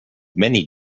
many